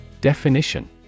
Definition